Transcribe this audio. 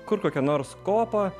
kur kokia nors kopa